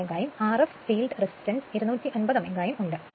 5 Ω ഉം Rf field resistance 250 Ω ഉം ഉണ്ട്